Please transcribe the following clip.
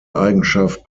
eigenschaft